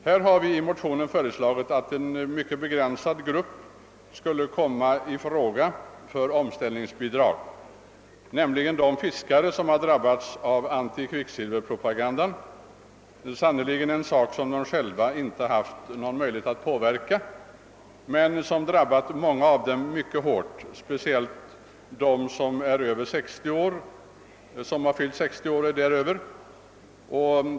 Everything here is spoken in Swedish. I motionerna har vi föreslagit, att en mycket begränsad grupp skulle komma i fråga för omställningsbidrag, nämligen de fiskare som drabbats av antikvicksilverpropagandan, sannerligen en sak som de själva inte haft möjligheter att påverka men som drabbat många av dem mycket hårt, speciellt dem som är över 60 år.